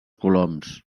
coloms